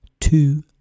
two